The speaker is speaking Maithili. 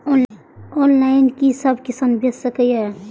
ऑनलाईन कि सब किसान बैच सके ये?